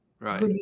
Right